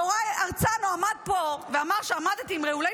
יוראי הרצנו עמד פה ואמר שעמדתי עם רעולי